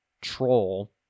troll